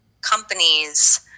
companies